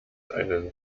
einen